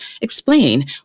explain